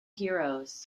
heroes